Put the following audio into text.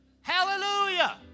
Hallelujah